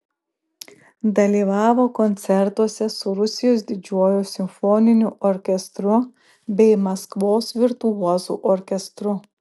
dalyvavo koncertuose su rusijos didžiuoju simfoniniu orkestru bei maskvos virtuozų orkestru